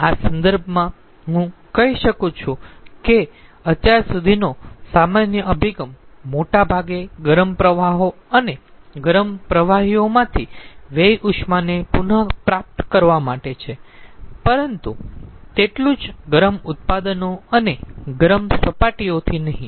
આ સંદર્ભમાં હું કહી શકું છું કે અત્યાર સુધીનો સામાન્ય અભિગમ મોટા ભાગે ગરમ પ્રવાહો અને ગરમ પ્રવાહીઓમાંથી વ્યય ઉષ્માને પુનઃપ્રાપ્ત કરવા માટે છે પરંતુ તેટલું જ ગરમ ઉત્પાદનો અને ગરમ સપાટીઓથી નહીં